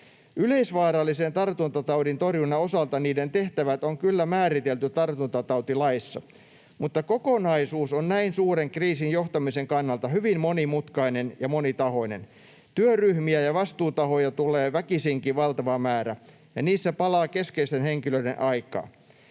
Yleisvaarallisen tartuntataudin torjunnan osalta niiden tehtävät on kyllä määritelty tartuntatautilaissa, mutta kokonaisuus on näin suuren kriisin johtamisen kannalta hyvin monimutkainen ja monitahoinen. Työryhmiä ja vastuutahoja tulee väkisinkin valtava määrä, ja niissä palaa keskeisten henkilöiden aikaa.